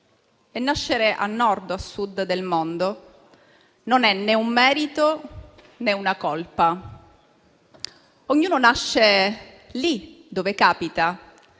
Nascere a Nord o a Sud del mondo non è né un merito né una colpa. Ognuno nasce lì dove capita